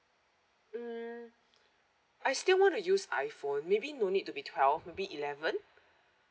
mm I still want to use iphone maybe no need to be twelve maybe eleven